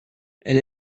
elle